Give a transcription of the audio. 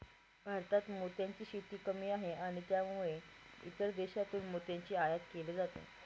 भारतात मोत्यांची शेती कमी आहे आणि त्यामुळे इतर देशांतून मोत्यांची आयात केली जाते